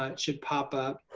ah should pop up,